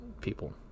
people